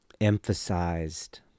emphasized